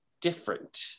different